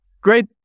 great